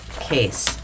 case